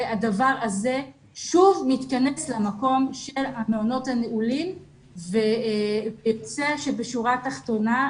והדבר הזה שוב מתכנס למקום של המעונות הנעולים ויוצא שבשורה התחתונה,